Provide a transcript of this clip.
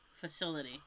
facility